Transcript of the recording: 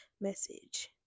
message